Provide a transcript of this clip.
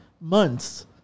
months